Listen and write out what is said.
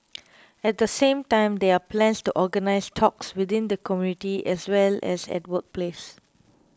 at the same time there are plans to organise talks within the community as well as at workplace